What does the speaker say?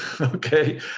Okay